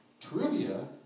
Trivia